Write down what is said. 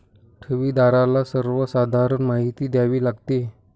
ठेवीदाराला सर्वसाधारण माहिती द्यावी लागते